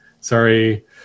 Sorry